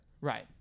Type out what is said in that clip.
Right